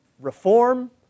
reform